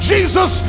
Jesus